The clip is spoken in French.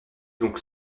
donc